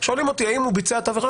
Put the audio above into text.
שואלים אותי: האם הוא ביצע את העבירה?